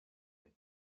net